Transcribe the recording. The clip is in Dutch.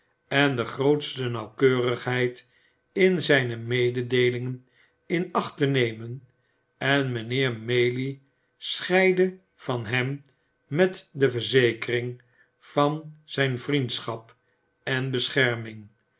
en de grootste nauwkeurigheid in zijne mededeelingen in acht te nemen en mijnheer maylie scheidde van hem met de verzekering van zijne vriendschap en bescherming